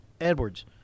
Edwards